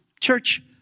Church